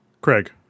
Craig